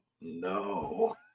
No